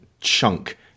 chunk